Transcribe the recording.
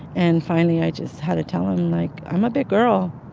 and finally, i just had to tell him, like, i'm a big girl,